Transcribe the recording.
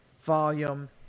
volume